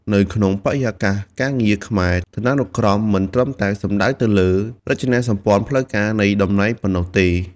នៅក្នុងបរិយាកាសការងារខ្មែរ ឋានានុក្រមមិនត្រឹមតែសំដៅទៅលើរចនាសម្ព័ន្ធផ្លូវការនៃតំណែងប៉ុណ្ណោះទេ។